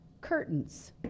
curtains